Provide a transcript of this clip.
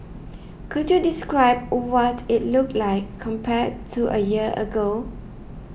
could you describe what it looked like compared to a year ago